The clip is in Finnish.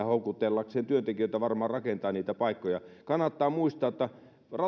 houkutellakseen varmaan rakentaa niitä paikkoja kannattaa muistaa että